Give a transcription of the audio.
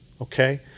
okay